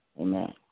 Amen